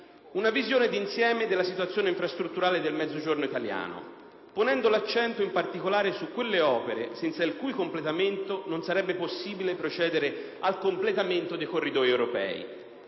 una visione di insieme della situazione infrastrutturale del Mezzogiorno italiano, ponendo l'accento in particolare su quelle opere senza il cui completamento non sarebbe possibile procedere al completamento dei corridoi europei.